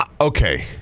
Okay